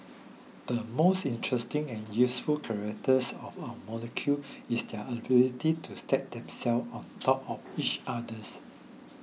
the most interesting and useful characteristic of our molecules is their ability to stack themselves on top of each others